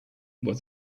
was